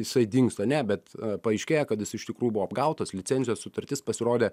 jisai dingsta ne bet paaiškėja kad jis iš tikrųjų buvo apgautas licencijos sutartis pasirodė